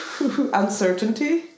uncertainty